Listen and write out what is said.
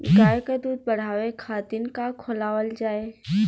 गाय क दूध बढ़ावे खातिन का खेलावल जाय?